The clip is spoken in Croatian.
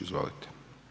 Izvolite.